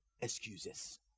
excuses